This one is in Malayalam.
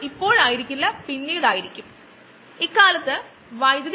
എന്നാൽ ഈ റൂട്ടിൽ നിന്നും ബയോ ഓയലിന്റെ സാമ്പത്തിക ഉത്പാദനം സംഭവിക്കുന്നില്ല